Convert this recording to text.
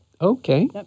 Okay